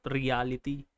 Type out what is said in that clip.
reality